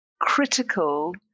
critical